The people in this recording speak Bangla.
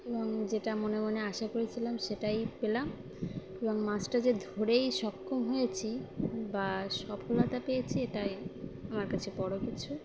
এবং যেটা মনে মনে আশা করেছিলাম সেটাই পেলাম এবং মছটা যে ধরেই সক্ষম হয়েছি বা সফলতা পেয়েছি এটাই আমার কাছে বড়ো কিছু